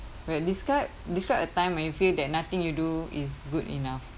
wait describe describe a time when you feel that nothing you do is good enough